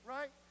Right